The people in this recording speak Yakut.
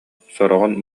сороҕун